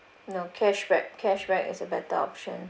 no cashback cashback is a better option